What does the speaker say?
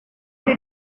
did